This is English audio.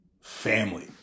family